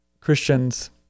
Christians